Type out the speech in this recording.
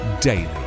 daily